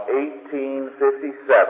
1857